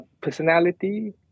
personality